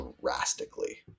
drastically